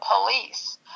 police